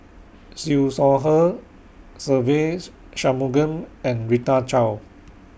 Siew Shaw Her Se Ve Shanmugam and Rita Chao